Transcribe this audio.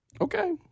Okay